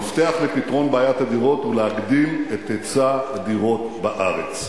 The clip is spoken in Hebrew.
המפתח לפתרון בעיית הדירות הוא להגדיל את היצע הדירות בארץ.